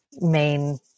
main